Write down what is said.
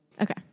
Okay